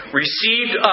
received